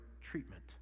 treatment